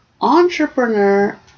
entrepreneur